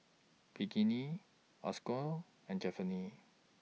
Pinkney and